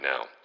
now